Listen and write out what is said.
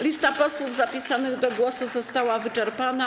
Lista posłów zapisanych do głosu została wyczerpana.